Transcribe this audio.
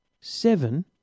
Seven